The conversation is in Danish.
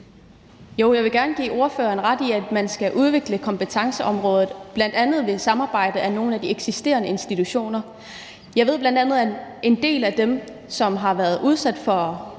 Jo, jeg vil gerne give ordføreren ret i, at man skal udvikle kompetenceområdet, bl.a. ved et samarbejde mellem nogle af de eksisterende institutioner. Jeg ved bl.a., at man i forhold til en del af dem, som har været udsat for